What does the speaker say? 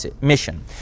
mission